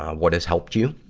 what has helped you.